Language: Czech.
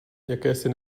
jakési